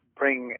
bring